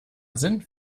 sind